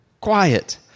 quiet